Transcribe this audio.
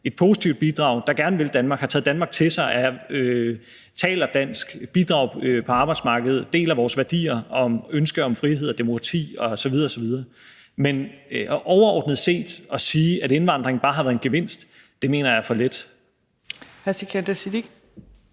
et positivt bidrag, gerne vil Danmark, har taget Danmark til sig, taler dansk, bidrager på arbejdsmarkedet, deler vores værdier og ønsker om frihed, demokrati osv. osv. Men at sige, at indvandringen overordnet set bare har været en gevinst, mener jeg er for let. Kl. 11:32 Fjerde